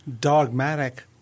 dogmatic –